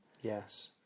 Yes